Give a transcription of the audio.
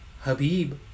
Habib